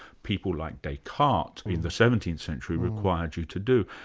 people like descartes in the seventeenth century required you to do.